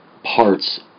parts